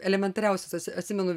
elementariausios atsimenu